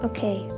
Okay